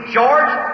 George